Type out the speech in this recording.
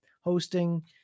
hosting